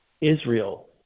Israel